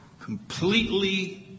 completely